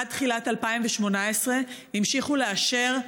עד תחילת 2018 המשיכו לאשר,